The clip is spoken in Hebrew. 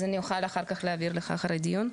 אז אוכל להעביר לך אותו אחרי הדיון.